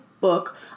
book